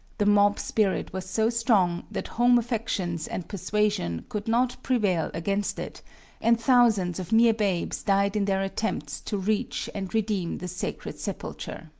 the mob-spirit was so strong that home affections and persuasion could not prevail against it and thousands of mere babes died in their attempts to reach and redeem the sacred sepulchre.